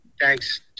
thanks